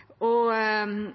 bra.